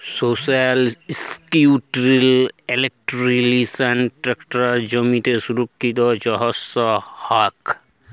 social security contributions tax সামাজিক সুরক্ষার জ্যনহে হ্যয়